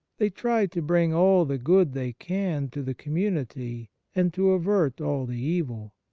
they try to bring all the good they can to the community and to avert all the evil.